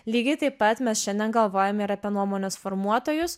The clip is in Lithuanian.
lygiai taip pat mes šiandien galvojam ir apie nuomonės formuotojus